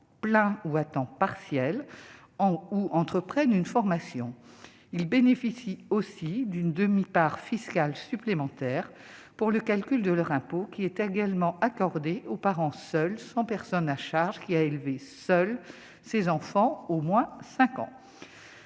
il bénéficie aussi d'une demi-part fiscale supplémentaire pour le calcul de leur impôt qui est également accordée aux parents seuls sans personne à charge qui a élevé seule ses enfants au moins 5 ans,